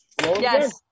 yes